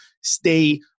stay